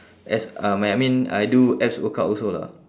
abs um I mean I do abs workout also lah